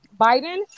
Biden